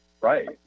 Right